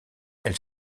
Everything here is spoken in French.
elle